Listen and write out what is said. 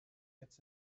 jetzt